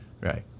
right